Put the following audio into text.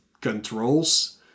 controls